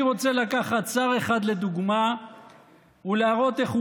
אני רוצה לקחת שר אחד לדוגמה ולהראות איך הוא